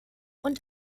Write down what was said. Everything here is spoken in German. und